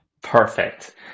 Perfect